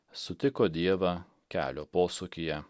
sutiko dievą kelio posūkyje